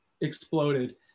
exploded